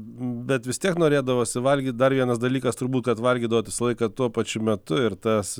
bet vis tiek norėdavosi valgyt dar vienas dalykas turbūt kad valgydavot visą laiką tuo pačiu metu ir tas